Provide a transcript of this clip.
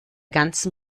ganzen